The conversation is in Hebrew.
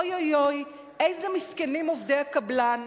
אוי אוי אוי, איזה מסכנים עובדי הקבלן,